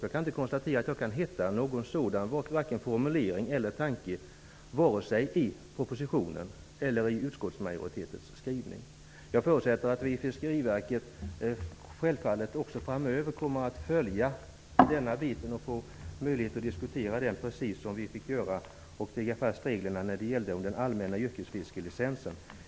Jag kan inte hitta någon sådan formulering eller någon sådan tanke, vare sig i propositionen eller i utskottsmajoritetens skrivning. Jag förutsätter att Fiskeriverket också framöver kommer att följa denna bit och få möjlighet att diskutera och lägga fast reglerna, precis som vi fick göra när det gällde den allmänna yrkesfiskelicensen.